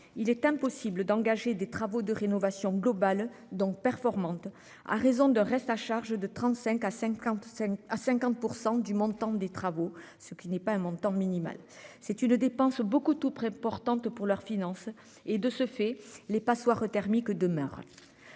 il est impossible d'engager des travaux de rénovation globale donc performante à raison de reste à charge de 35 à 55 à 50% du monde tente des travaux ce qui n'est pas un montant minimal c'est une dépense beaucoup tout près importante que pour leurs finances. Et de ce fait les passoires thermiques demeure.